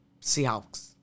Seahawks